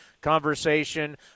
conversation